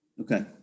Okay